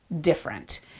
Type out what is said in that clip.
different